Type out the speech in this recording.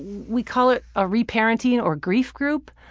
we call it ah re-parenting or grief group.